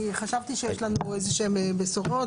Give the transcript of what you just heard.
אני חשבתי שיש לנו איזה שהן בשורות,